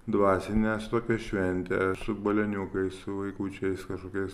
dvasinės tokią šventę su balioniukais su vaikučiais kažkokiais